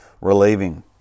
relieving